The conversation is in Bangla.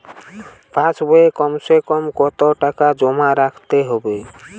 পাশ বইয়ে কমসেকম কত টাকা জমা রাখতে হবে?